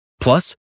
Plus